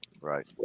right